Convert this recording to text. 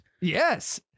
Yes